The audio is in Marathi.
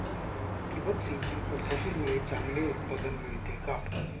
ठिबक सिंचन पद्धतीमुळे चांगले उत्पादन मिळते का?